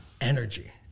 energy